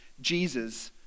Jesus